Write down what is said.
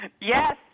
Yes